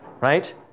right